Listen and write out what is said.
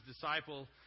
disciple